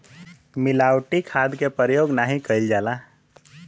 मिलावटी खाद के परयोग नाही कईल जाला